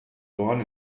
dorn